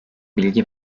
bilgi